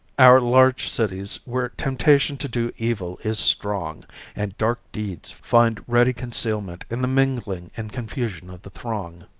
our large cities where temptation to do evil is strong and dark deeds find ready concealment in the mingling and confusion of the throng.